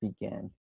began